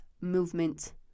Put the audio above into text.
movement